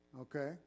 Okay